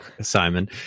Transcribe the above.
Simon